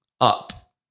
up